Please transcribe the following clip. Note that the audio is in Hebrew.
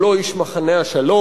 הוא לא איש מחנה השלום,